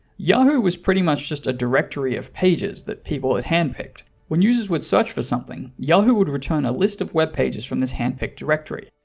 yahoo was pretty much just a directory of pages that people had hand-picked. when users would search for something, yahoo would return a list of web pages from this hand-picked directory.